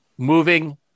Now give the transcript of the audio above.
Moving